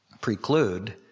preclude